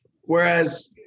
Whereas